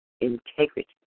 integrity